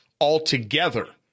altogether